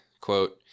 quote